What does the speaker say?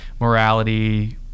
morality